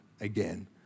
again